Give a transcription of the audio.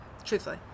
truthfully